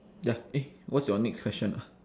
ya eh what's your next question ah